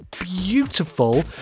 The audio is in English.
beautiful